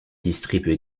distribuée